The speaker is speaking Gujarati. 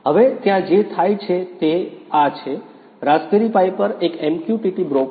હવે ત્યાં જે થાય છે તે છે રાસ્પબેરી પાઈ પર એક MQTT બ્રોકર છે